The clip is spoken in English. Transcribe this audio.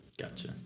Gotcha